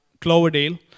Cloverdale